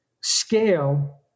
Scale